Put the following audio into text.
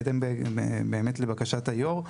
לבקשת היו"ר,